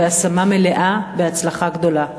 בהשמה מלאה בהצלחה גדולה.